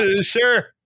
sure